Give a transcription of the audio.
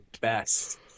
best